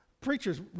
preachers